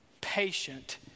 patient